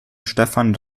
stefan